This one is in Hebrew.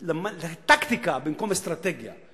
לטקטיקה במקום אסטרטגיה,